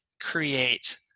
create